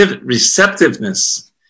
receptiveness